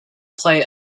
play